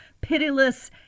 pitiless